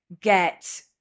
get